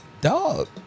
Dog